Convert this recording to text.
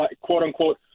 quote-unquote